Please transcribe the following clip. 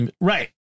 Right